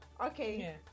okay